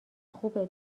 خوبه